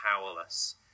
powerless